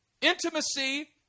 Intimacy